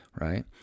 right